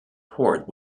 port